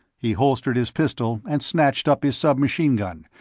he holstered his pistol and snatched up his submachine-gun,